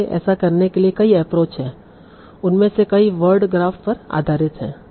इसलिए ऐसा करने के लिए कई एप्रोच हैं उनमें से कई वर्ड ग्राफ पर आधारित हैं